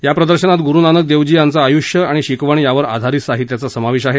या प्रदर्शनात गुरुनानक देवजी यांचं आयुष्य आणि शिकवण यावर आधारित साहित्याचा समावेश आहे